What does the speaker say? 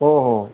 हो हो